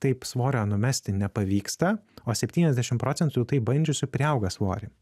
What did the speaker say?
taip svorio numesti nepavyksta o septyniasdešim procentų tai bandžiusių priauga svorį